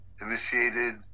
initiated